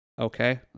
Okay